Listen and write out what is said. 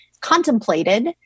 contemplated